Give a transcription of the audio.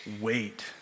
wait